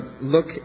look